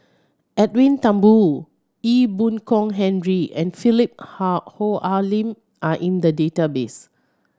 Edwin Thumboo Ee Boon Kong Henry and Philip Hoalim are in the database